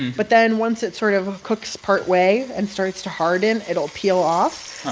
but then once it sort of cooks partway and starts to harden, it'll peel off